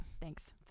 Thanks